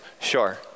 sure